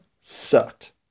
sucked